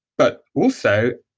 but also,